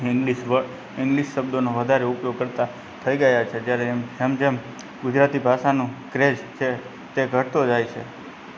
English વ English શબ્દોનો વધારે ઉપયોગ કરતા થઈ ગયા છે જ્યારે એમ જેમ જેમ ગુજરાતી ભાષાનો ક્રેઝ છે તે ઘટતો જાય છે